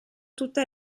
tutta